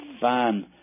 fine